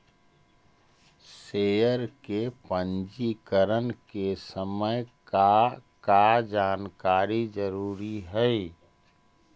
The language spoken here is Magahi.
शेयर के पंजीकरण के समय का का जानकारी जरूरी हई